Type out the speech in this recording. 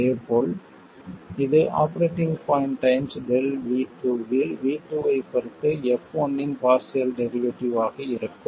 இதேபோல் இது operating point times ΔV2 இல் V2 ஐப் பொறுத்து f1 இன் பார்சியல் டெரிவேட்டிவ் ஆக இருக்கும்